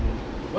ya